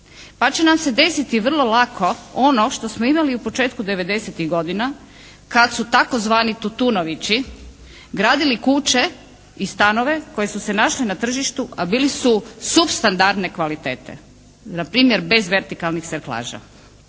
pa će nam se desiti vrlo lako ono što smo imali u početku '90. godina, kad su tzv. Tutunovići gradili kuće i stanove koje su se našli na tržištu a bili su supstandarne kvalitete, npr. bez vertikalnih serklaža.